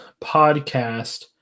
podcast